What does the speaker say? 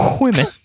women